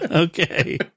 Okay